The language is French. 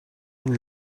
une